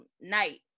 Night